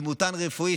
דימותן רפואי,